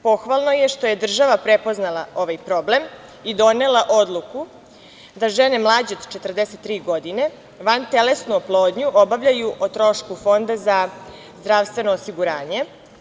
Pohvalno je što je država prepoznala ovaj problem i donela odluku da žene mlađe od 43 godine vantelesnu oplodnju obavljaju o trošku Fonda za zdravstveno osiguranje.